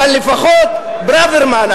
אבל לפחות ברוורמן,